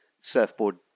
surfboard